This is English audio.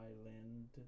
island